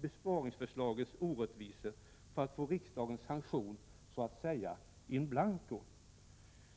besparingsförslagens orättvisor för att få riksdagens sanktion så att säga in blanko.